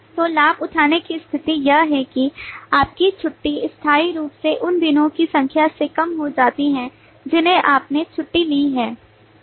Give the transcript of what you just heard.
तो लाभ उठाने की स्थिति यह है कि आपकी छुट्टी स्थायी रूप से उन दिनों की संख्या से कम हो जाती है जिन्हें आपने छुट्टी ली है